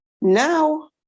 Now